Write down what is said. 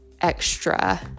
extra